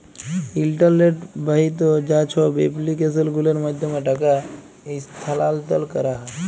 ইলটারলেট বাহিত যা ছব এপ্লিক্যাসল গুলার মাধ্যমে টাকা ইস্থালাল্তর ক্যারা হ্যয়